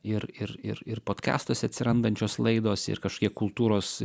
ir ir ir ir podkestuose atsirandančios laidos ir kašokie kultūros